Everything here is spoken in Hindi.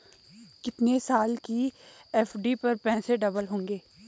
कितने साल की एफ.डी पर पैसे डबल होंगे?